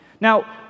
Now